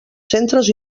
centres